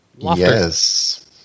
Yes